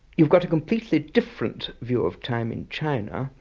you've got a completely different view of time in china,